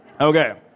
Okay